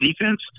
defense